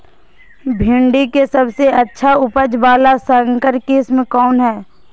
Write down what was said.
भिंडी के सबसे अच्छा उपज वाला संकर किस्म कौन है?